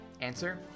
Answer